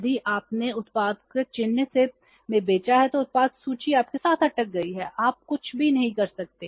यदि आपने उत्पाद को चिह्न में बेचा है तो उत्पाद सूची आपके साथ अटक गई है आप कुछ भी नहीं कर सकते